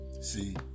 See